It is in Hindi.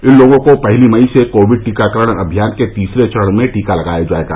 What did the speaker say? इन लोगों को पहली मई से कोविड टीकाकरण अभियान के तीसरे चरण में टीका लगाया जाएगा